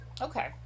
Okay